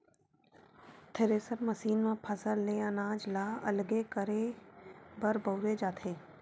thresher machine म फसल ले अनाज ल अलगे करे बर बउरे जाथे